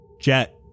Jet